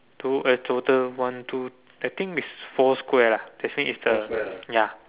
two eh total one two I think is four square lah that's mean is the ya